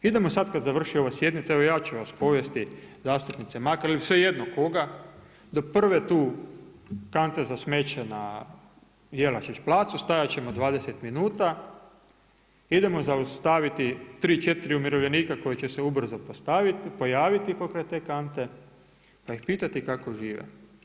Idemo sad, kad završi ova sjednica, evo ja ću vas povesti, zastupnice Makar ili svejedno koga, do prve tu kante za smeće na Jelačić placu, stajati ćemo 20 minuta, idemo zaustaviti 3, 4 umirovljenika koji će se ubrzo pojaviti pokraj te kante, pa ih pitati kako žive.